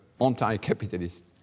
anti-capitalist